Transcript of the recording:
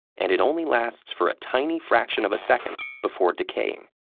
and it only lasts for a tiny fraction of a second before decaying.